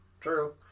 True